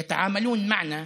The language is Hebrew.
ירושלים נשארת תחת כיבוש.